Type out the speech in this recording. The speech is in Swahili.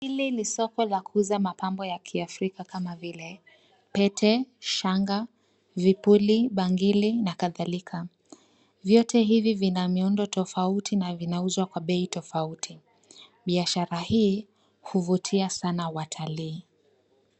Hili ni soko la kuuza mapambo ya Kiafrika, kama vile: pete, shanga, vipuli, bangili, na kadhalika. Vyote hivi vina miundo tofauti na vinauzwa kwa bei tofauti. Biashara hii huvutia sana watalii.